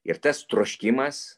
ir tas troškimas